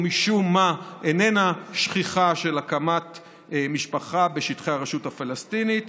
משום מה תופעה זו של הקמת משפחה בשטחי הרשות הפלסטינית